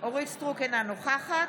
אורית מלכה סטרוק, אינה נוכחת